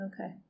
Okay